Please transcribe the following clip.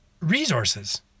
resources